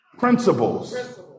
Principles